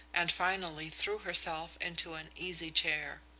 and finally threw herself into an easy-chair.